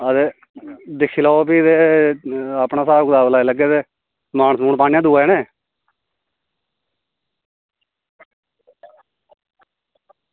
ते दिक्खी लैओ भी ते अपना स्हाब कताब लाई लैगे ते समान समून पाने आं दोऐ जनें